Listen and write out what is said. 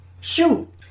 shoot